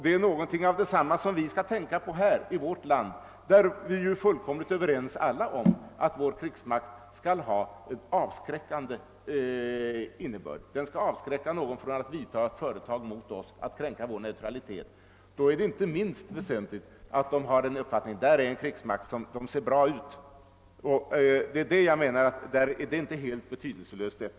Det är något av det vi bör tänka på i vårt land. Vi är fullkomligt överens om att vår krigsmakt skall ha en avskräckande innebörd. Den skall avskräcka annan makt från att kränka vår neutralitet. Då är det inte minst väsentligt att vederbörande har den uppfattningen att där är en krigsmakt som ser bra ut och alltså kan förmodas också vara bra. Det är det jag menar inte är betydelselöst.